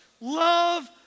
love